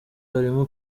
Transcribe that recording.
harimo